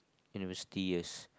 university years